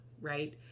right